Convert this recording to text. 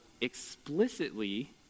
explicitly